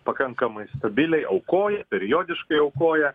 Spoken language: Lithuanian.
pakankamai stabiliai aukoja periodiškai aukoja